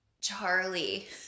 Charlie